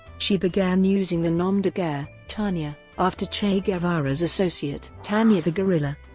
she began using the nom de guerre tania, after che guevara's associate tania the guerilla.